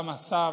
גם השר